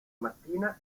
mattina